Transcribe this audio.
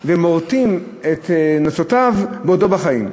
ומורטים את נוצותיו בעודו בחיים.